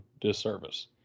disservice